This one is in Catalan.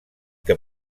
que